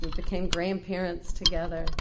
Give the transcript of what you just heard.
we became grandparents together